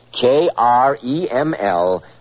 K-R-E-M-L